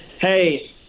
Hey